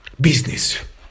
business